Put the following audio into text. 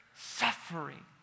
suffering